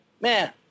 Man